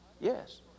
Yes